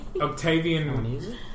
Octavian